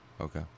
Okay